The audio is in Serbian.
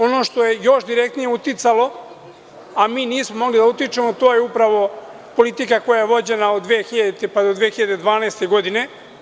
Ono što je još direktnije uticalo, a mi nismo mogli da utičemo, to je upravo politika koja je vođena od 2000. do 2012. godine.